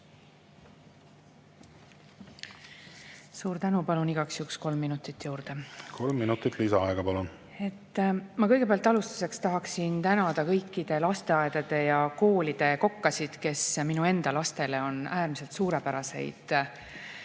Suur tänu! Palun igaks juhuks kolm minutit juurde. Kolm minutit lisaaega, palun! Ma kõigepealt alustuseks tahaksin tänada kõikide lasteaedade ja koolide kokkasid, kes ka minu enda lastele on äärmiselt suurepäraseid